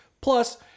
Plus